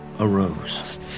arose